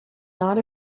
not